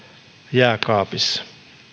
jääkaapissa